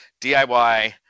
DIY